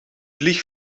vlieg